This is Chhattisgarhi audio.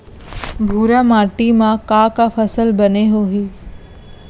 भूरा माटी मा का का फसल बने होही?